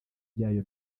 byayo